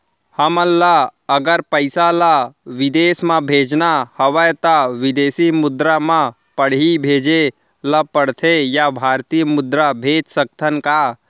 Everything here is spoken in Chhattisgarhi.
हमन ला अगर पइसा ला विदेश म भेजना हवय त विदेशी मुद्रा म पड़ही भेजे ला पड़थे या भारतीय मुद्रा भेज सकथन का?